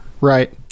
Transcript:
right